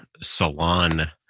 salon